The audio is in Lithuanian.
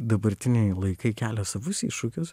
dabartiniai laikai kelia savus iššūkius